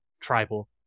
tribal